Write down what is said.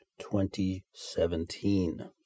2017